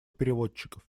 переводчиков